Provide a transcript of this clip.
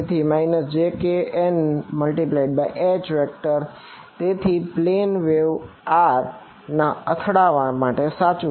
તેથી jkn×H તેથી આ પ્લેન વેવ ના અથડાવવા માટે સાચું છે